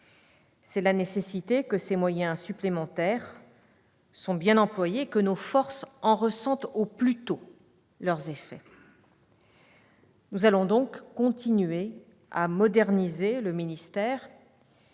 C'est la nécessité que ces moyens supplémentaires sont bien employés et que nos forces en ressentent au plus tôt les effets. Nous allons donc continuer à moderniser le ministère